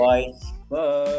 Bye